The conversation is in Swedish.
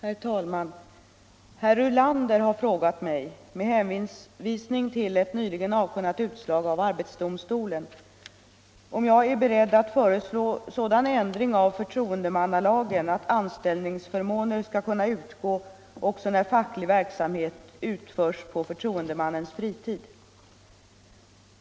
Herr talman! Herr Ulander har frågat mig - med hänvisning till ett nyligen avkunnat utslag av arbetsdomstolen — om jag är beredd att föreslå sådan ändring av förtroendemannalagen att anställningsförmåner skall kunna utgå också när facklig verksamhet utförs på förtroendemannens fritid.